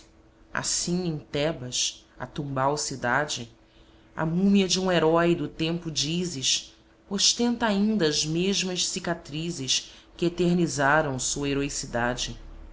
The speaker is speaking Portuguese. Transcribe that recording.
assim em tebas a tumbal cidade a múmia de um herói do tempo de ísis ostenta ainda as mesmas cicatrizes que eternizaram sua heroicidade